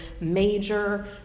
major